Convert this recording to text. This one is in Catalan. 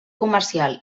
comercial